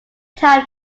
time